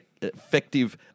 effective